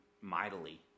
mightily